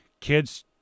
Kids